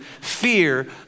fear